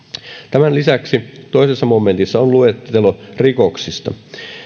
tämän lisäksi toisessa momentissa on luettelo rikoksista